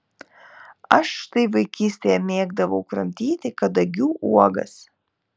aš štai vaikystėje mėgdavau kramtyti kadagių uogas